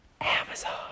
Amazon